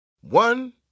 One